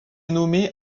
nommées